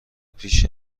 پیش